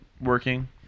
working